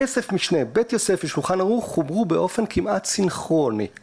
יוסף משנה, בית יוסף ושולחן ערוך חוברו באופן כמעט סינכרוני.